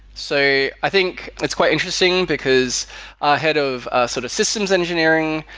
so i think it's quite interesting, because our head of sort of systems engineering,